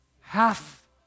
half